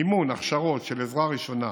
מימון הכשרות של עזרה ראשונה